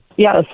Yes